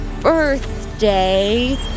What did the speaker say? birthday